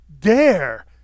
dare